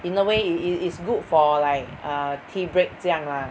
in a way i~ i~ i~ is good for like err tea break 这样 lah